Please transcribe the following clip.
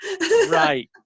right